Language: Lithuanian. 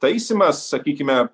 taisymas sakykime